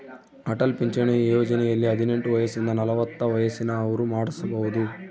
ಅಟಲ್ ಪಿಂಚಣಿ ಯೋಜನೆಯಲ್ಲಿ ಹದಿನೆಂಟು ವಯಸಿಂದ ನಲವತ್ತ ವಯಸ್ಸಿನ ಅವ್ರು ಮಾಡ್ಸಬೊದು